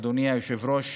אדוני היושב-ראש,